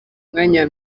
mwanya